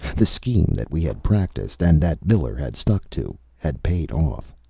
the scheme that we had practiced, and that miller had stuck to, had paid off.